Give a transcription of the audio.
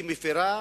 מפירה